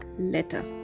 Letter